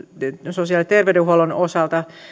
sosiaali ja terveydenhuollon osalta